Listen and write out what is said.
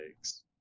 takes